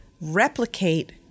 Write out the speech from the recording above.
replicate